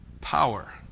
power